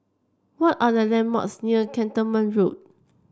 what are the landmarks near Cantonment Road